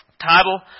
title